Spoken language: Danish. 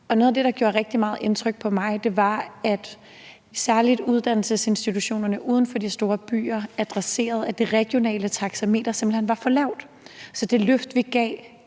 der gjorde rigtig meget indtryk på mig, var, at særlig uddannelsesinstitutionerne uden for de store byer adresserede, at det regionale taxameter simpelt hen var for lavt, så det løft, vi gav,